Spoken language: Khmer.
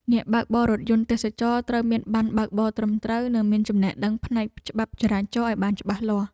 អ្នកបើកបររថយន្តទេសចរណ៍ត្រូវមានប័ណ្ណបើកបរត្រឹមត្រូវ និងមានចំណេះដឹងផ្នែកច្បាប់ចរាចរណ៍ឱ្យបានច្បាស់លាស់។